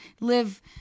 live